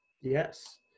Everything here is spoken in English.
yes